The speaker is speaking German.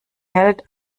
hält